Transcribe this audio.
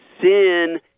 sin